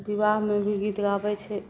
विवाहमे भी गीत गाबै छै